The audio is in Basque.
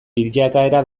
bilakaera